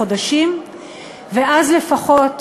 בעוד פחות מ-11 חודשים,